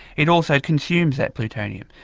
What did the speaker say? it also consumes that plutonium.